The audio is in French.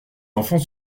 enfants